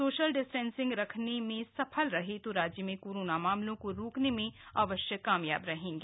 social distancing रखने में सफल रहे तो राज्य में कोरोना मामलों को रोकने में अवश्य कामयाब रहेंगे